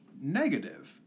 negative